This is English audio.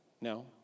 No